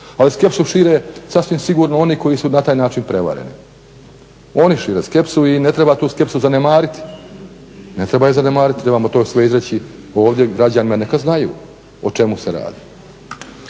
ali skepsu šire sasvim sigurno oni koji su na taj način prevareni. Oni šire skepsu i ne treba tu skepsu zanemariti. Ne treba ju zanemariti. Trebamo to sve izreći ovdje građanima, neka znaju o čemu se radi.